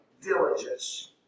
diligence